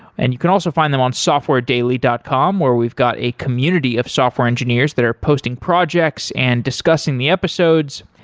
and you can also find them on softwaredaily dot com, where we've got a community of software engineers that are posting projects and discussing the episodes.